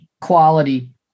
quality